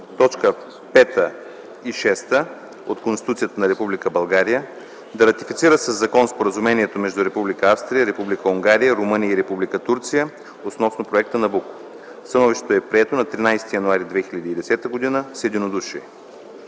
т. 5 и 7 от Конституцията на Република България да ратифицира със закон Споразумението между Република Австрия, Република Унгария, Румъния и Република Турция относно проекта „Набуко”. Становището е прието на 13 януари 2010 г. с единодушие.”